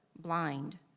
blind